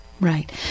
Right